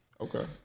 Okay